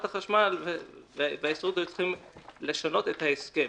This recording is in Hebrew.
החשמל וההסתדרות היו צריכים לשנות את ההסכם.